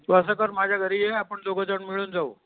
तू असं कर माझ्या घरी ये आपण दोघंजण मिळून जाऊ